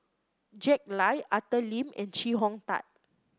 Jack Lai Arthur Lim and Chee Hong Tat